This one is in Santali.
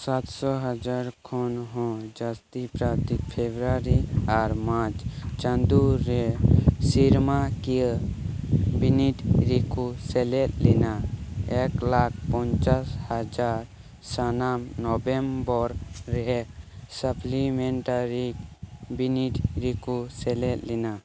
ᱥᱟᱛᱥᱚ ᱦᱟᱡᱟᱨ ᱠᱷᱚᱱ ᱦᱚᱸ ᱡᱟᱹᱥᱛᱤ ᱯᱨᱟᱨᱛᱷᱤ ᱯᱷᱮᱵᱨᱩᱣᱟᱨᱤ ᱟᱨ ᱢᱟᱨᱪ ᱪᱟᱸᱫᱳ ᱨᱮ ᱥᱮᱨᱢᱟ ᱠᱤᱭᱟᱹ ᱵᱤᱱᱤᱰ ᱨᱮᱠᱚ ᱥᱮᱞᱮᱫ ᱞᱮᱱᱟ ᱮᱠ ᱞᱟᱠᱷ ᱯᱚᱧᱪᱟᱥ ᱦᱟᱡᱟᱨ ᱥᱟᱱᱟᱢ ᱱᱚᱵᱷᱮᱢᱵᱚᱨ ᱨᱮ ᱥᱟᱯᱯᱞᱤᱢᱮᱱᱴᱟᱨᱤ ᱵᱤᱱᱤᱰ ᱨᱮᱠᱚ ᱥᱮᱞᱮᱫ ᱞᱮᱱᱟ